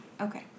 Okay